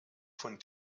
von